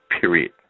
period